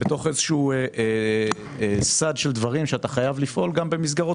בתוך סד של דברים שבו צריך לפעול במסגרות